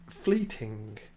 fleeting